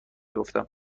گفتم